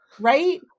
Right